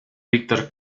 victor